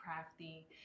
crafty